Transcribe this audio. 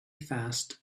fast